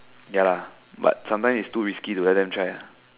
ya lah but sometime it's too risky to let them try ah